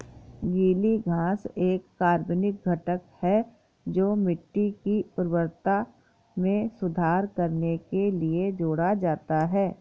गीली घास एक कार्बनिक घटक है जो मिट्टी की उर्वरता में सुधार करने के लिए जोड़ा जाता है